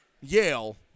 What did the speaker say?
Yale